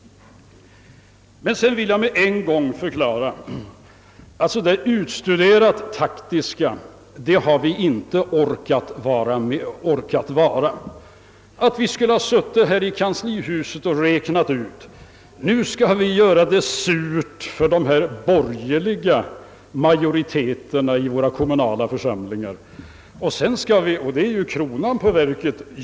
Vidare vill jag med en gång förklara, att så där utstuderat taktiska har vi inte orkat vara, att vi skulle ha suttit i kanslihuset och räknat ut: Nu skall vi göra det surt för de borgerliga majoriteterna i våra kommunala församlingar, och sedan skall vi — och det är ju kronan på verket!